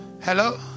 Hello